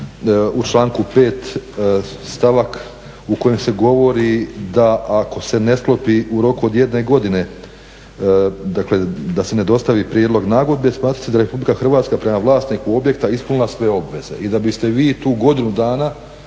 u članku 5. stavak u kojem se govori da ako se ne sklopi u roku jedne godine, dakle da se ne dostavi prijedlog nagodbe smatrat će se da je Republika Hrvatska prema vlasniku objekta ispunila sve obveze. I da biste vi tu godinu dana,